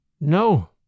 No